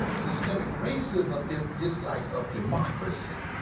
systemic racism is dislike of democracy,